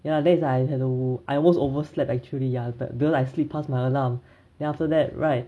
ya then is like I haven't wo~ I almost overslept actually ya but because I sleep past my alarm then after that right